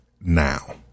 now